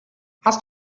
hast